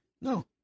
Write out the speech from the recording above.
No